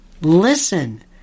listen